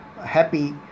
happy